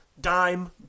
dime